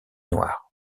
noires